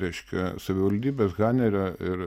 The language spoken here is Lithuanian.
reiškia savivaldybės hanerio ir